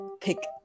pick